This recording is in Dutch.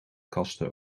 kasten